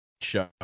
show